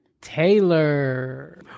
Taylor